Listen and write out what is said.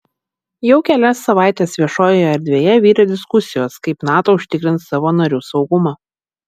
jau kelias savaites viešojoje erdvėje virė diskusijos kaip nato užtikrins savo narių saugumą